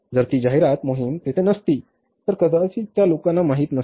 जर ती जाहिरात मोहिम तेथे नसती तर कदाचित त्या लोकांना माहिती नसते